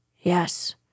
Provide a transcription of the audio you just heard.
Yes